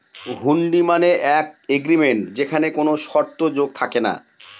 হুন্ডি মানে এক এগ্রিমেন্ট যেখানে কোনো শর্ত যোগ থাকে না